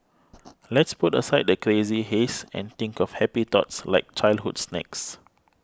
let's put aside the crazy haze and think of happy thoughts like childhood snacks